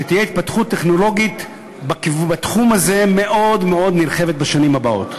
שתהיה התפתחות טכנולוגית מאוד מאוד נרחבת בתחום הזה בשנים הבאות,